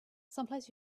someplace